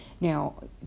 Now